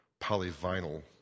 polyvinyl